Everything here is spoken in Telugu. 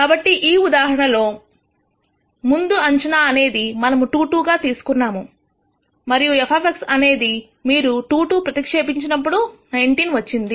కాబట్టి ఈ ఉదాహరణ లో ముందు అంచనా అనేది మనము 2 2 గా తీసుకున్నాము మరియు f అనేది మీరు 2 2 ప్రతిక్షేపించినప్పుడు 19 వచ్చింది